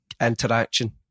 interaction